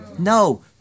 No